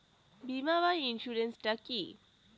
বিমা বা ইন্সুরেন্স টা কি?